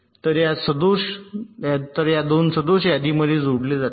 तर या 2 सदोष या यादीमध्ये जोडले जातील